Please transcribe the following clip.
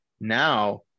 Now